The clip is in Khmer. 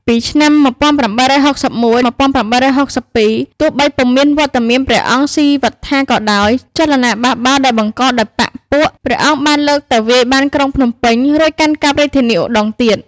ពីឆ្នាំ ១៨៦១-១៨៦២ ទោះបីពុំមានវត្តមានព្រះអង្គស៊ីវត្ថាក៏ដោយ ចលនាបះបោរដែលបង្កដោយបក្សពួកព្រះអង្គបានលើកទៅវាយបានក្រុងភ្នំពេញ រួចកាន់កាប់រាជធានីឧដុង្គទៀត។